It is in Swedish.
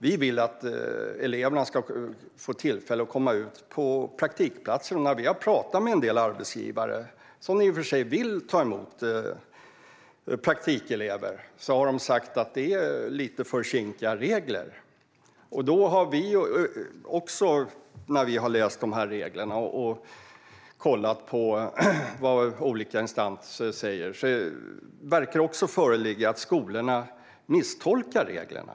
Vi vill att eleverna ska få tillfälle att komma ut på praktikplatser, och när vi pratat med en del arbetsgivare har de sagt att de vill ta emot praktikelever men att reglerna är lite för kinkiga. Vi har också läst reglerna och kollat vad olika instanser säger, och det verkar som att skolorna misstolkar reglerna.